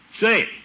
Say